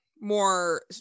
more